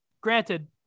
Granted